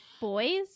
boys